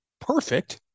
perfect